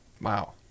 Wow